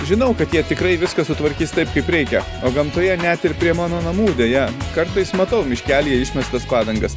žinau kad jie tikrai viską sutvarkys taip kaip reikia o gamtoje net ir prie mano namų deja kartais matau miškelyje išmestas padangas